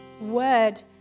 word